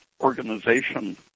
organization